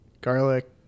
garlic